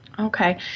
Okay